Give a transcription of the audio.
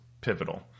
pivotal